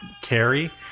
carry